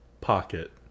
Pocket